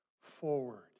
forward